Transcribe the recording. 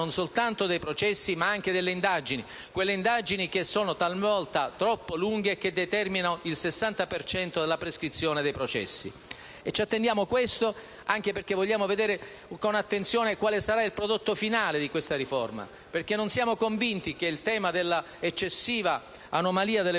non soltanto dei processi ma anche delle indagini, quelle indagini che talvolta sono troppo lunghe e determinano il 60 per cento dei casi di prescrizione dei processi. Ci attendiamo questo anche perché vogliamo vedere con attenzione quale sarà il prodotto finale di questa riforma. Infatti, non siamo convinti che il tema dell'eccessiva anomalia delle prescrizioni